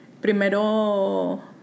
primero